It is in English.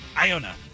Iona